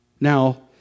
Now